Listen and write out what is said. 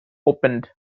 opened